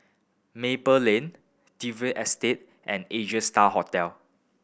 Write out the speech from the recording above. Maple Lane Dalvey Estate and Asia Star Hotel